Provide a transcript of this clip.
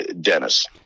Dennis